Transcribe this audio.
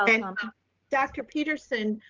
i mean um but dr. peterson,